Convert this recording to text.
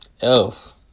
Elf